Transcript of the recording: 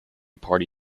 party